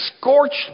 scorched